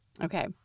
Okay